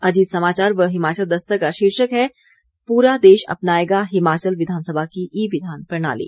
अजीत समाचार व हिमाचल दस्तक का शीर्षक है पूरा देश अपनाएगा हिमाचल विधानसभा की ई विधान प्रणाली